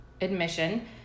admission